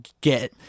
get